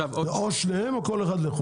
זה או שניהם או כל אחד לחוד.